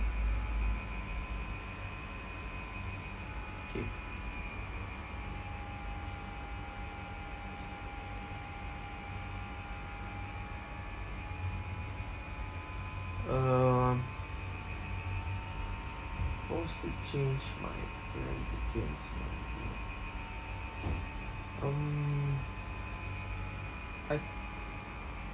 K uh forced to change my plans against my will um I